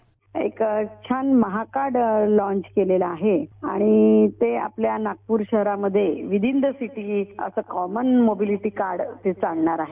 voice cast एक छान Mahacard launch केलेलं आहे आणि ते आपल्या नागपूर शहरामध्ये विदिन द सिटी असं कॉमन मोबीलिटी कार्ड चालणाऱ आहे